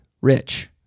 rich